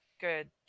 good